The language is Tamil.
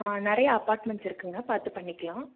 ஆ நிறைய அப்பார்ட்மெண்ட்ஸ் இருக்குதுங்க பார்த்து பண்ணிக்கலாம்